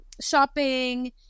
shopping